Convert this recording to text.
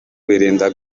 birinda